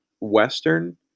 western